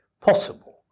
possible